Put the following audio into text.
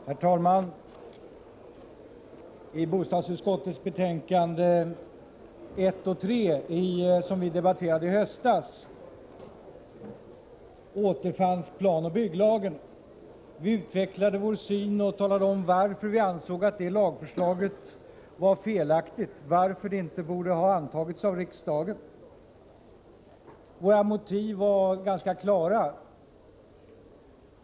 Herr talman! I bostadsutskottets betänkanden 1 och 3, som vi debatterade i höstas, återfanns planoch bygglagen. Vi utvecklade där vår syn och talade om varför vi ansåg att det lagförslaget var felaktigt och därför inte borde antas av riksdagen. Våra motiv var ganska klara.